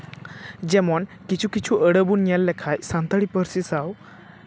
ᱡᱮᱢᱚᱱ ᱠᱤᱪᱷᱩ ᱠᱤᱪᱷᱩ ᱟᱹᱲᱟᱹ ᱵᱚᱱ ᱧᱮᱞ ᱞᱮᱠᱷᱟᱱ ᱥᱟᱱᱛᱟᱲᱤ ᱯᱟᱹᱨᱥᱤ ᱥᱟᱶ